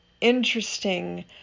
interesting